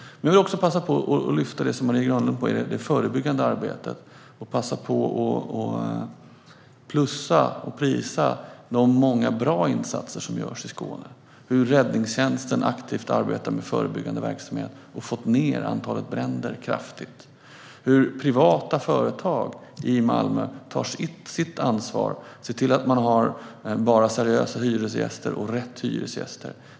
Jag vill också passa på att lyfta fram det som Marie Granlund var inne på, nämligen det förebyggande arbetet. Jag vill plussa och prisa de många bra insatser som görs i Skåne. Räddningstjänsten arbetar aktivt med förebyggande verksamhet och har fått ned antalet bränder kraftigt. Privata företag i Malmö tar sitt ansvar och ser till att bara ha seriösa och rätt hyresgäster.